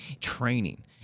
training